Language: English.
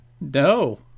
No